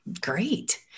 great